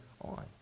on